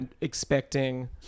expecting